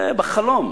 בחלום.